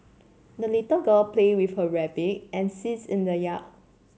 the little girl played with her rabbit and geese in the yard